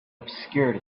obscured